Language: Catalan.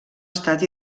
estat